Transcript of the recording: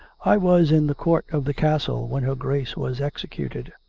i was in the court of the castle when her grace was executed.